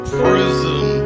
prison